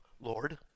Lord